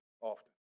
often